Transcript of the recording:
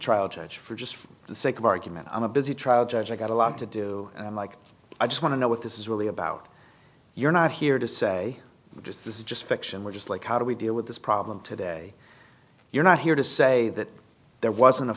trial judge for just for the sake of argument i'm a busy trial judge i got a lot to do and like i just want to know what this is really about you're not here to say just this is just fiction we're just like how do we deal with this problem today you're not here to say that there wasn't a